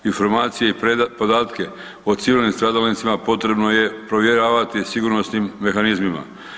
Informacije i podatke o civilnim stradalnicima potrebno je provjeravati sigurnosnim mehanizmima.